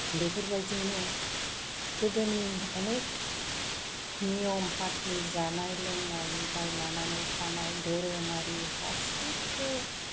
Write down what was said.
बेफोरबायदियैनो गोदोनि अनेक नियम पाति जानाय लोंनायनिफ्राय लानानै थानाय धोरोमारि गासैबो